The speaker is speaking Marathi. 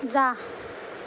जा